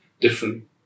different